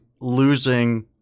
losing